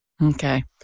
Okay